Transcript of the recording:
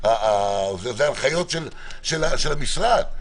זה ההנחיות של המשרד.